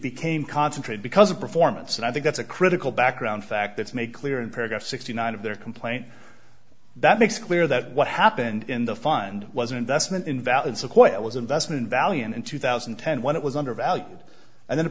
became concentrate because of performance and i think that's a critical background fact that's made clear in paragraph sixty nine of their complaint that makes clear that what happened in the find wasn't vestment invalid sequoyah was investment valiant in two thousand and ten when it was undervalued and then it